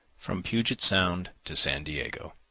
from puget sound to san diego.